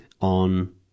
on